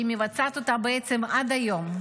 שהיא מבצעת אותה בעצם עד היום.